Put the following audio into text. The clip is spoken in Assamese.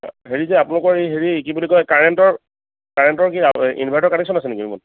হেৰি যে আপোনালোকৰ এই হেৰি কি বুলি কয় কাৰেন্টৰ কাৰেন্টৰ কি ইনভাৰ্টাৰ কানেকচন আছে নেকি ৰুমত